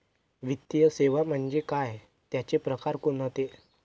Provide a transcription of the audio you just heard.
वित्तीय सेवा म्हणजे काय? त्यांचे प्रकार कोणते?